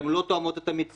הן לא תואמות את המציאות.